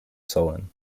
sullen